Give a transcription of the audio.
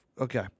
okay